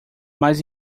mais